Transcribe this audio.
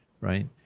Right